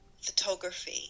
photography